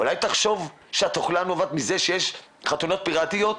אולי תחשוב שהתחלואה נובעת מזה שיש חתונות פיראטיות?